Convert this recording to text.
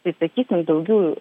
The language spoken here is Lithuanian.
tai sakykim daugiau